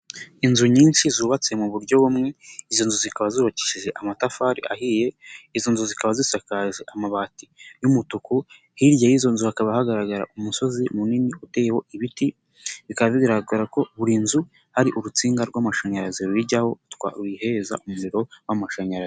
Inzu nyinshi zubatse mu buryo bumwe, izo nzu zikaba zubakishije amatafari ahiye, izo nzu zikaba zisakaje amabati y'umutuku, hirya y'izo nzu hakaba hagaragara umusozi munini uteyeho ibiti, bikaba bigaragara ko buri nzu, hari urutsinga rw'amashanyarazi ruyijyaho, ruyihereza umuriro w'amashanyarazi.